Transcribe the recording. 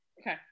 Okay